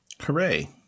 Hooray